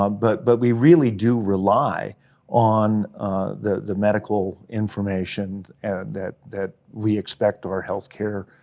um but but we really do rely on the medical information, and that that we expect our healthcare